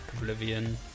Oblivion